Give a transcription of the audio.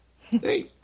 Hey